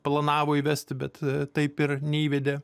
planavo įvesti bet taip ir neįvedė